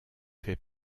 fait